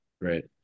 right